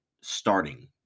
starting